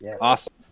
awesome